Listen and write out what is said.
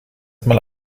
einmal